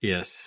Yes